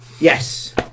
Yes